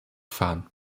fahren